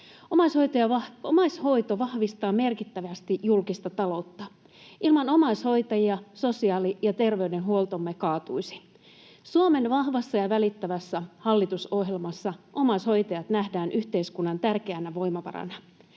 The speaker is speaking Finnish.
Omaishoito vahvistaa merkittävästi julkista taloutta. Ilman omaishoitajia sosiaali- ja terveydenhuoltomme kaatuisi. Suomen vahvassa ja välittävässä hallitusohjelmassa omaishoitajat nähdään yhteiskunnan tärkeänä voimavarana.